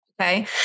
okay